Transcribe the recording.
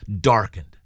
darkened